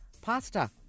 pasta